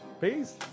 peace